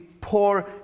poor